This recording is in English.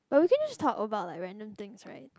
or we can just talk about like random things right